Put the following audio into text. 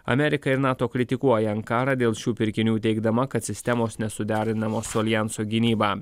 amerika ir nato kritikuoja ankarą dėl šių pirkinių teigdama kad sistemos nesuderinamos su aljanso gynyba